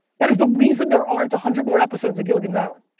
that is the reason there aren't a hundred more episodes of gilligan's island.